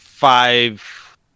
Five